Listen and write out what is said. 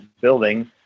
building